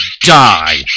die